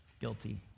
Guilty